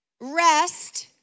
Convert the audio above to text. rest